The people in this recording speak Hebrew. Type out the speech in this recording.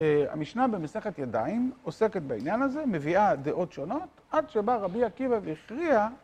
המשנה במסכת ידיים עוסקת בעניין הזה, מביאה דעות שונות, עד שבא רבי עקיבא והכריע...